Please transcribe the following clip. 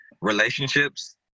relationships